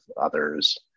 others